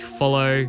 follow